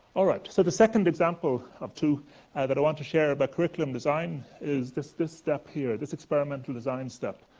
alright, so the second example of two that i want to share about curriculum design is this this step here, this experimental design step.